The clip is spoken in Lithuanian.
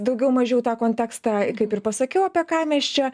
daugiau mažiau tą kontekstą kaip ir pasakiau apie ką mes čia